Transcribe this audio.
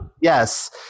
Yes